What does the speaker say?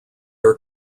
are